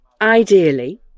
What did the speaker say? ideally